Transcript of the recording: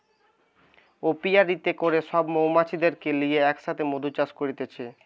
অপিয়ারীতে করে সব মৌমাছিদেরকে লিয়ে এক সাথে মধু চাষ করতিছে